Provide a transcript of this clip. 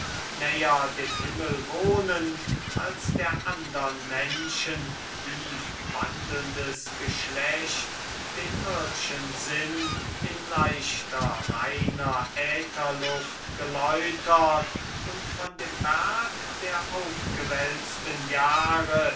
näher dem himmel wohnend als der andern menschen tief wandelndes geschlecht den ird'schen sinn in leichter reiner ätherluft geläutert und von dem berg der aufgewälzten jahre